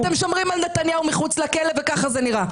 אתם שומרים על נתניהו מחוץ לכלא וככה זה נראה.